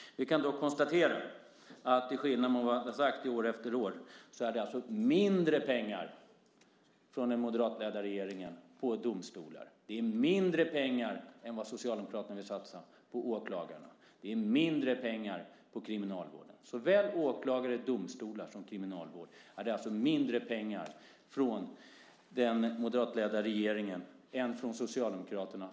Vi kan dock konstatera att till skillnad från vad du har sagt år efter år är det mindre pengar från den moderatledda regeringen till domstolar. Det är mindre pengar än vad Socialdemokraterna vill satsa på åklagarna. Det är mindre pengar på kriminalvården. För såväl åklagare och domstolar som kriminalvård är det mindre pengar från den moderatledda regeringen än från Socialdemokraterna.